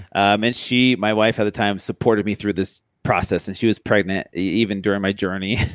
um and she, my wife at the time supported me through this process, and she was pregnant even during my journey,